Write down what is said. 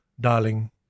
darling